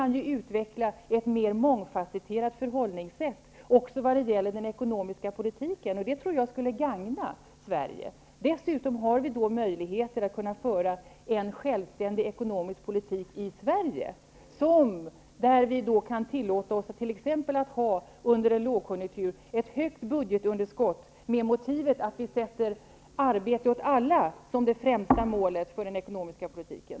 Vi kan utveckla ett mer mångfasetterat förhållningssätt också vad det gäller den ekonomiska politiken, och det tror jag skulle gagna Sverige. Dessutom behåller vi möjligheten att föra en självständig ekonomisk politik i Sverige. Vi kan då t.ex. tillåta oss att under en lågkonjunktur ha ett högt budgetunderskott med motivet att vi sätter arbete åt alla som det främsta målet för den ekonomiska politiken.